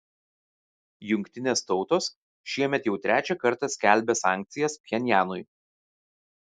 jungtinės tautos šiemet jau trečią kartą skelbia sankcijas pchenjanui